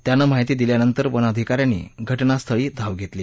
त्यानं माहिती दिल्यानंतर वनअधिकऱ्यांनी घटनास्थळी धाव घेतली